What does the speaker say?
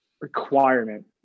requirement